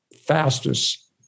fastest